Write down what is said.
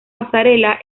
pasarela